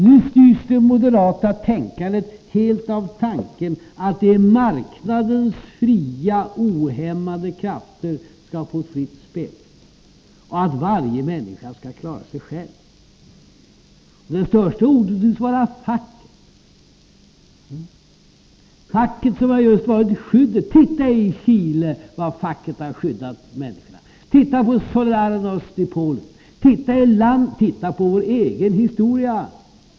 Nu styrs det moderata tänkandet helt av tanken att marknadens fria, ohämmade krafter skall få fritt spelrum och att varje människa skall klara sig själv. Det största hotet tycks vara facket — facket som har varit just skyddet. Titta hur facket i Chile har skyddat människorna! Titta på Solidaritet i Polen! Titta på vår egen historia!